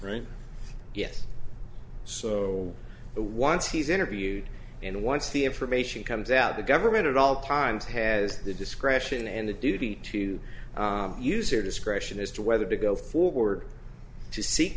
right yes so a once he's interviewed and once the information comes out the government at all times has the discretion and the duty to use your discretion as to whether to go forward to seek